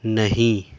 نہیں